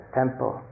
temple